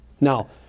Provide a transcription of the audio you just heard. Now